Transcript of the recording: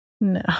No